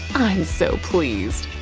i'm so pleased.